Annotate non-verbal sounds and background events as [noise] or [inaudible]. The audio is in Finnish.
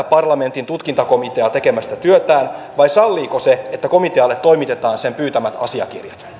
[unintelligible] parlamentin tutkintakomiteaa tekemästä työtään vai salliiko se että komitealle toimitetaan sen pyytämät asiakirjat